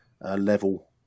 level